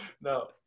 no